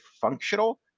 functional